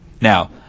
Now